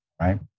right